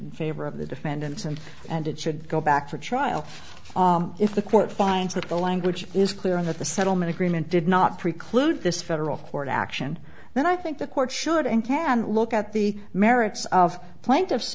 in favor of the defendants and and it should go back for trial if the court finds that the language is clear and that the settlement agreement did not preclude this federal court action then i think the court should and can look at the merits of plaintiff